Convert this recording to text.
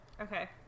Okay